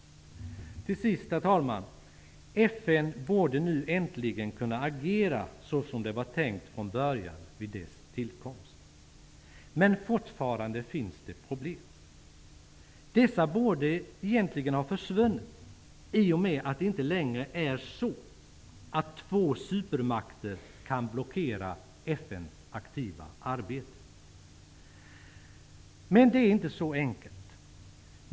Herr talman! FN borde nu äntligen kunna agera så som det var tänkt från början vid dess tillkomst. Men fortfarande finns det problem. Dessa borde egentligen ha försvunnit i och med att två supermakter inte längre kan blockera FN:s aktiva arbete. Men det är inte så enkelt.